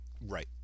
Right